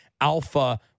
alpha